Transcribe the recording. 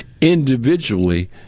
Individually